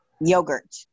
yogurt